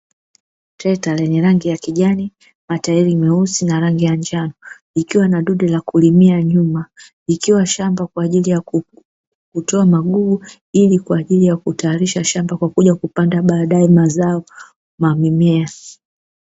Trekta lenye rangi ya kijani, matairi meusi na rangi ya njano, ikiwa na dude la kulimia nyuma, likiwa shamba kwa ajili ya kutoa magugu ili kwa ajili ya kutayarisha shamba kwa kuja kupanda baadaye mazao na mimea.